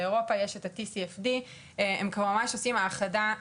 באירופה יש TCFT הם כבר ממש עושים האחדה,